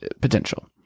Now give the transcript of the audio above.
potential